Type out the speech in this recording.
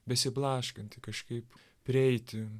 besiblaškantį kažkaip prieiti